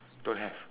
don't have